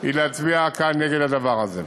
היא להצביע כאן נגד הדבר הזה.